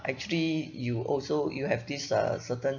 actually you also you have this uh certain